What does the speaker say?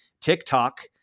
TikTok